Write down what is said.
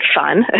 fun